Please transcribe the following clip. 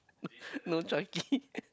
no Chucky